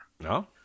No